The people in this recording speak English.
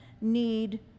need